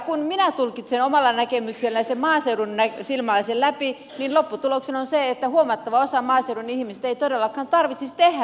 kun minä tulkitsen omalla näkemykselläni maaseudun silmälasien läpi niin lopputuloksena on se että huomattavan osan maaseudun ihmisistä ei todellakaan tarvitsisi tehdä mitään